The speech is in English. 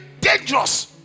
dangerous